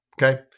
Okay